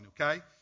okay